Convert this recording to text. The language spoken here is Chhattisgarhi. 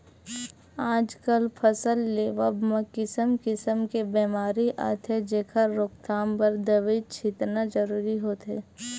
आजकल फसल लेवब म किसम किसम के बेमारी आथे जेखर रोकथाम बर दवई छितना जरूरी होथे